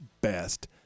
best